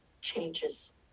changes